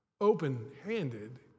open-handed